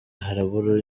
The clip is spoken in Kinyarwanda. harabura